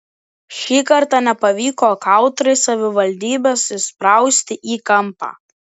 šį kartą nepavyko kautrai savivaldybės įsprausti į kampą